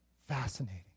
fascinating